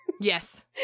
Yes